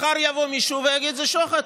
מחר יבוא מישהו ויגיד: זה שוחד.